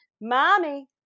mommy